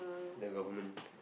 the government